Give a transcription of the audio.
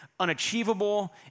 Unachievable